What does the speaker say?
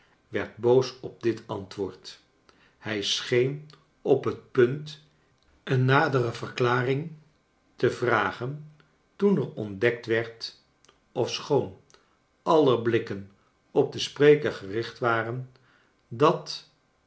werd boos op dit antwoord hij scheen op het punt een nadere verklaring te vragen toen er onfcdekt werd ofschoon aller blikken op den spreker gericht waren dat